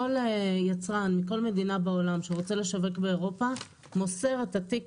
כל יצרן מכל מדינה בעולם שרוצה לשווק באירופה מוסר את התיק